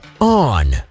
on